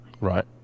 right